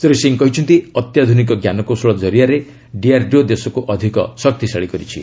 ଶ୍ରୀ ସିଂହ କହିଛନ୍ତି ଅତ୍ୟାଧୁନିକ ଜ୍ଞାନକୌଶଳ ଜରିଆରେ ଡିଆର୍ଡିଓ ଦେଶକୁ ଅଧିକ ଶକ୍ତିଶାଳୀ କରିଛି